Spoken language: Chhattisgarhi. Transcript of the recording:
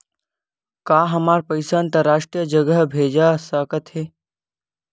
का हमर पईसा अंतरराष्ट्रीय जगह भेजा सकत हे?